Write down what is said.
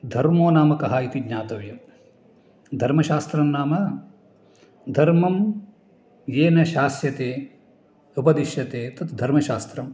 धर्मो नाम कः इति ज्ञातव्यं धर्मशास्त्रं नाम धर्मं येन शास्यते उपदिश्यते तत् धर्मशास्त्रं